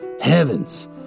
Heavens